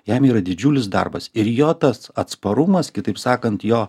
jam yra didžiulis darbas ir jo tas atsparumas kitaip sakant jo